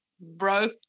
Bro